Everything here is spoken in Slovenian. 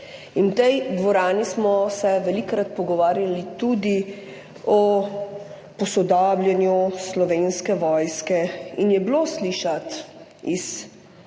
in v tej dvorani smo se velikokrat pogovarjali tudi o posodabljanju Slovenske vojske, in je bilo slišati iz